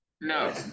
No